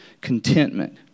contentment